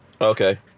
Okay